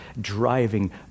driving